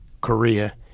Korea